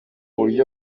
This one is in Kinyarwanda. buryo